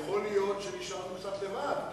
יכול להיות שנשארנו קצת לבד,